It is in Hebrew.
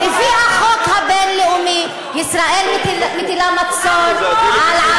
ישראל מטילה אותו, לא ה"חמאס".